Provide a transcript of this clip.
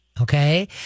Okay